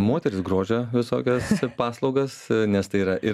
moterys grožio visokias paslaugas nes tai yra ir